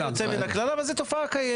לא יודע אם זה יוצא מן הכלל, אבל זו תופעה קיימת.